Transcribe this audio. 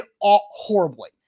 horribly